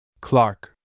Clark